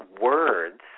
words